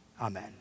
Amen